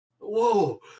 Whoa